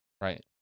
right